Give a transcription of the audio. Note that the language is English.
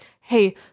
Hey